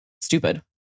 stupid